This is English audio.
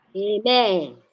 Amen